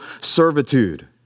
servitude